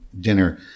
dinner